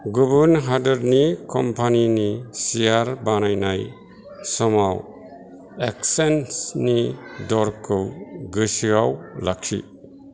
गुबुन हादोरनि कम्पानिनि सियार बायनाय समाव एक्चेन्जनि दरखौ गोसोआव लाखि